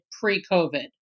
pre-COVID